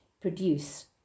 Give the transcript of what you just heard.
produce